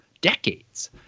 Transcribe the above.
decades